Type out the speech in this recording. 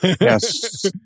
Yes